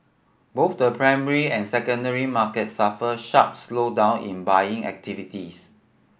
both the primary and secondary markets suffered sharp slowdown in buying activities